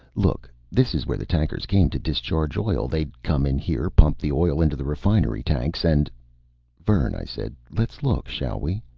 look, this is where the tankers came to discharge oil. they'd come in here, pump the oil into the refinery tanks and vern, i said. let's look, shall we?